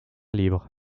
libre